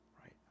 right